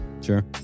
Sure